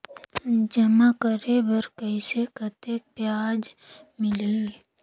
जमा करे बर कइसे कतेक ब्याज मिलही?